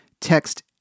text